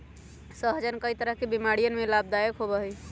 सहजन कई तरह के बीमारियन में लाभदायक होबा हई